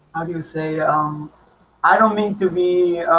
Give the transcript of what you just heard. how do you say um i don't mean to be